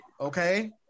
Okay